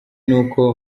nuko